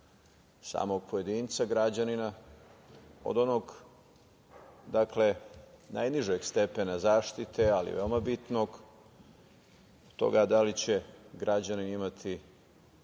samog pojedinca građanina od onog najnižeg stepena zaštite, ali veoma bitnog do toga da li će građanin imati